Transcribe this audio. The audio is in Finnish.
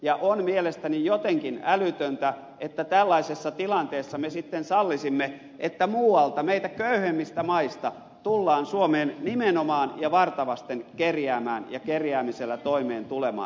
ja on mielestäni jotenkin älytöntä että tällaisessa tilanteessa me sitten sallisimme että muualta meitä köyhemmistä maista tullaan suomeen nimenomaan ja varta vasten kerjäämään ja kerjäämisellä toimeen tulemaan